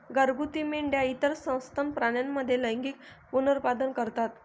घरगुती मेंढ्या इतर सस्तन प्राण्यांप्रमाणे लैंगिक पुनरुत्पादन करतात